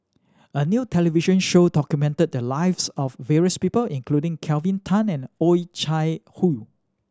a new television show documented the lives of various people including Kelvin Tan and Oh Chai Hoo